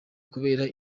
kubera